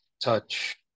touch